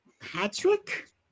Patrick